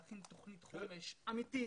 להכין תוכנית חומש אמיתית,